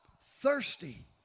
Thirsty